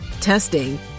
testing